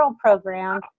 program